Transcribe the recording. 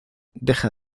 deja